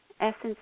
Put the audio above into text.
essence